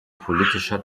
politischer